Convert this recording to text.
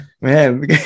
Man